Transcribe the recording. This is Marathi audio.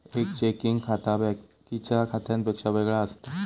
एक चेकिंग खाता बाकिच्या खात्यांपेक्षा वेगळा असता